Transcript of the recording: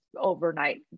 overnight